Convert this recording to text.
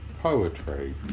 poetry